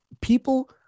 people